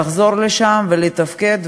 לחזור לשם ולתפקד.